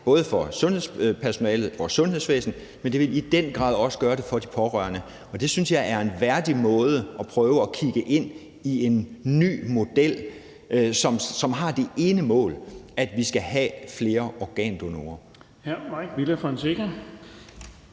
både for sundhedspersonalet, for sundhedsvæsenet, men det ville i den grad også gøre det for de pårørende. Og det synes jeg er en værdig måde at prøve at kigge ind i en ny model, som har det ene mål, at vi skal have flere organdonorer.